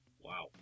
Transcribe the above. Wow